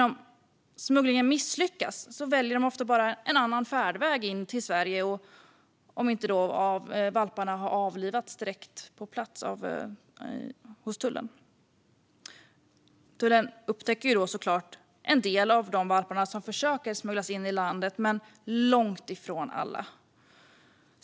Om smugglingen misslyckas väljer man ofta bara en annan färdväg in i Sverige, om inte valparna har avlivats på plats hos tullen. Tullen upptäcker såklart en del av de valpar som man försöker smuggla in i landet, men långt ifrån alla.